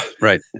Right